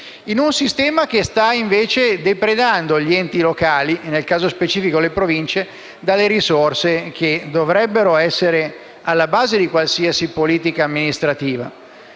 in un sistema che sta invece depredando gli enti locali, nel caso specifico le Province, delle risorse che dovrebbero essere alla base di qualsiasi politica amministrativa.